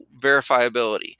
verifiability